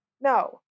No